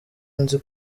nzi